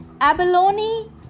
Abalone